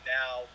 now